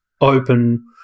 open